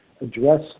address